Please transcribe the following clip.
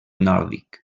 nòrdic